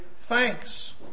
thanks